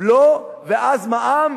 בלו ואז מע"מ,